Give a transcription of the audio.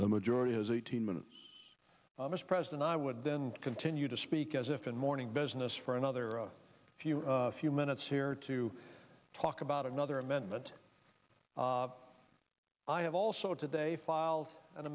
the majority is eighteen minutes mr president i would then continue to speak as if in morning business for another few few minutes here to talk about another amendment i have also today filed an